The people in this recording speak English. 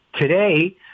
today